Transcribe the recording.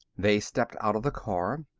they stepped out of the car.